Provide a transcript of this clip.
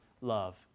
love